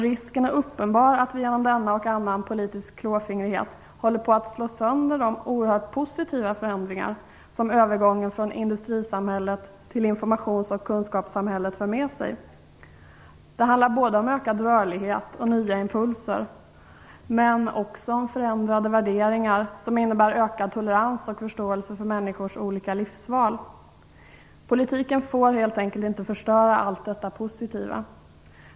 Risken är uppenbar att vi genom denna och annan politisk klåfingrighet håller på att slå sönder de oerhört positiva förändringar som övergången från industrisamhället till informations och kunskapssamhället för med sig. Det handlar om ökad rörlighet och nya impulser, men också om förändrade värderingar som innebär ökad tolerans och förståelse för människors olika livsval. Politiken får helt enkelt inte förstöra allt detta positiva.